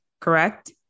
correct